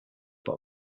but